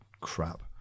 crap